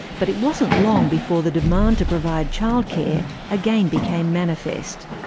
but it wasn't long before the demand to provide childcare again became manifest.